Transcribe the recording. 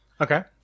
Okay